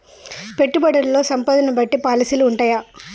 పెట్టుబడుల్లో సంపదను బట్టి పాలసీలు ఉంటయా?